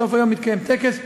ובסוף היום מתקיים טקס,